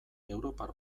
europar